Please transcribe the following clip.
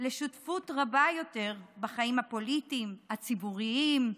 לשותפות רבה יותר בחיים הפוליטיים, הציבוריים,